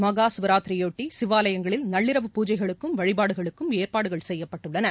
மகாசிவராத்திரியையொட்டி சிவாலயங்களில் நள்ளிரவு பூஜைகளுக்கும் வழிபாடுகளுக்கும் ஏற்பாடுகள் செய்யப்பட்டுள்ளன